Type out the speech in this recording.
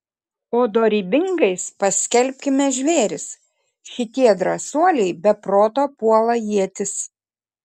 o dorybingais paskelbkime žvėris šitie drąsuoliai be proto puola ietis